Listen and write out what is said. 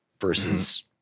versus